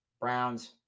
Browns